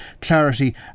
clarity